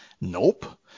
Nope